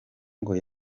ngo